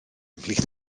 ymhlith